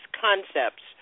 concepts